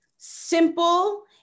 Simple